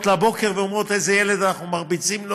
בבוקר ואומרות: לאיזה ילד אנחנו מרביצות?